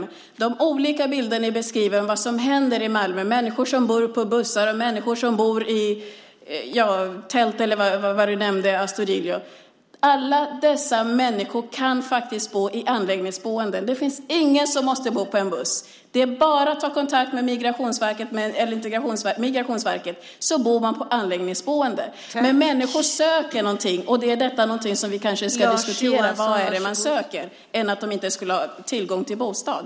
Ni beskriver olika bilder av vad som händer i Malmö med människor som bor i bussar, i tält och allt vad Astudillo nämnde. Alla dessa människor kan bo i anläggningsboende. Det finns ingen som måste bo i en buss. Det är bara att ta kontakt med Migrationsverket, så får man bo på anläggningsboende. Men människor söker någonting, och det är detta något som vi kanske hellre ska diskutera än det här att de inte skulle ha tillgång till bostad.